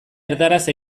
erdaraz